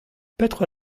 petra